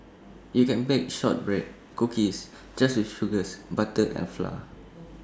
you can bake Shortbread Cookies just with sugars butter and flour